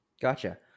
Gotcha